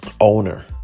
owner